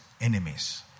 enemies